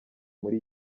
muri